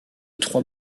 trois